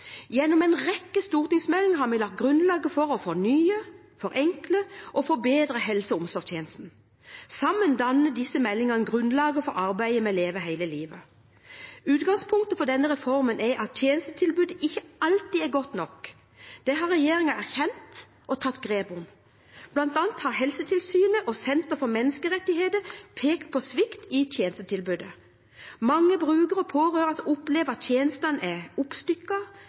Gjennom en rekke stortingsmeldinger har vi lagt grunnlaget for å fornye, forenkle og forbedre helse- og omsorgstjenesten. Sammen danner disse meldingene grunnlaget for arbeidet med Leve hele livet. Utgangspunktet for denne reformen er at tjenestetilbudet ikke alltid er godt nok. Det har regjeringen erkjent og tatt grep om. Blant annet har Helsetilsynet og Norsk senter for menneskerettigheter pekt på svikt i tjenestetilbudet. Mange brukere og pårørende opplever at tjenestene er